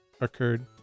Occurred